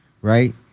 right